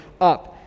up